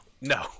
No